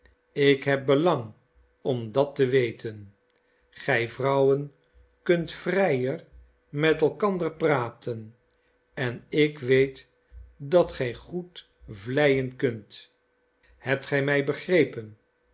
ik heb belang om dat te weten gij vrouwen kunt vrijer met elkander praten en ik weet dat gij goed vleienkunt hebt gij mij begrepen